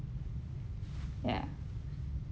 ya